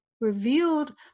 revealed